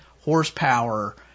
horsepower